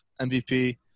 MVP